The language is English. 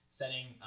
setting